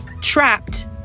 trapped